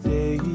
Day